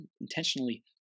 intentionally